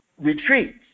retreats